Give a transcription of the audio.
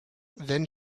then